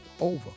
over